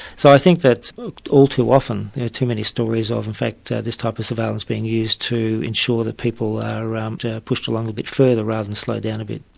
so i think that all too often there are too many stories of, in fact this type of surveillance being used to ensure that people are ah pushed along a bit further rather than slow down a bit.